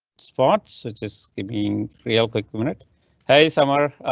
spots it is being real quick minute hey summer, ah,